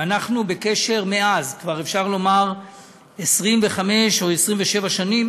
ואנחנו בקשר מאז, ואפשר לומר שכבר 25 שנים